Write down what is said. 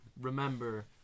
remember